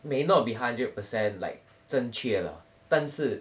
may not be hundred percent like 正确啦但是